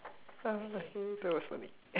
okay that was funny